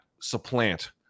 supplant